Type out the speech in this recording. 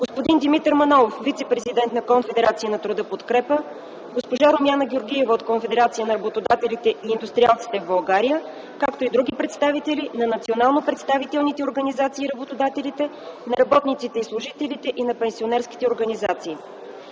господин Димитър Манолов – вицепрезидент на Конфедерация на труда „Подкрепа”, госпожа Румяна Георгиева – от Конфедерацията на работодателите и индустриалците в България, както и други представители на национално представителните организации на работодателите, на работниците и служителите и на пенсионерските организации.